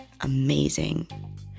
amazing